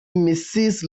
mrs